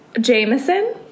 Jameson